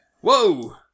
Whoa